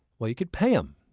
well, you can pay them.